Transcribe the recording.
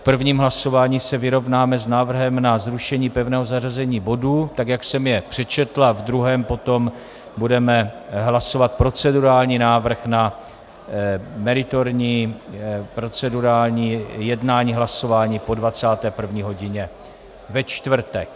V prvním hlasování se vyrovnáme s návrhem na zrušení pevného zařazení bodů, tak jak jsem je přečetl, a v druhém potom budeme hlasovat procedurální návrh na meritorní procedurální jednání hlasování po 21. hodině ve čtvrtek.